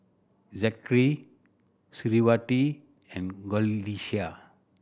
Zikri Suriawati and Qalisha